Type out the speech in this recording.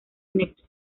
next